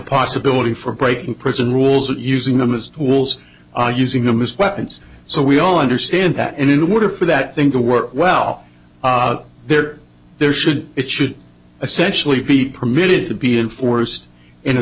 possibility for breaking prison rules that using them as tools are using them as weapons so we all understand that and in order for that thing to work well there there should it should essentially be permitted to be enforced in a